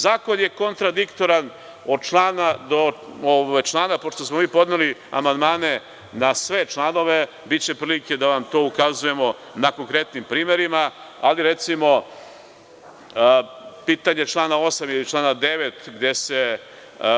Zakon je kontradiktoran od člana do člana, pošto smo mi podneli amandmane na sve članove, biće prilike da vam to ukazujemo na konkretnim primerima, ali recimo pitanje člana 8. ili člana 9. gde se